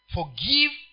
Forgive